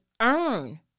earn